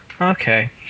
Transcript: Okay